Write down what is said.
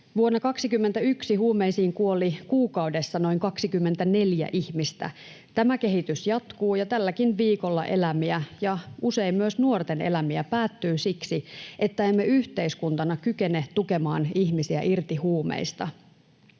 Vuonna 21 huumeisiin kuoli kuukaudessa noin 24 ihmistä. Tämä kehitys jatkuu, ja tälläkin viikolla elämiä ja usein myös nuorten elämiä päättyy siksi, että emme yhteiskuntana kykene tukemaan ihmisiä irti huumeista.